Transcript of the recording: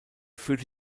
führte